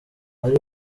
ari